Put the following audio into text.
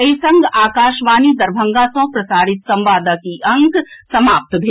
एहि संग आकाशवाणी दरभंगा सँ प्रसारित संवादक ई अंक समाप्त भेल